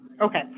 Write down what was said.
Okay